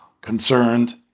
concerned